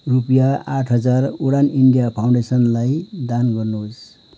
रुपियाँ आठ हजार उडान इन्डिया फाउन्डेसनलाई दान गर्नुहोस्